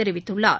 தெரிவித்குள்ளார்